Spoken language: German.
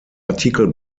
artikel